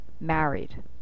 married